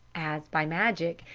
as by magic,